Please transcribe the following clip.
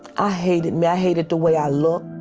i hated me. i hated the way i looked.